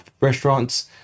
restaurants